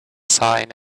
sign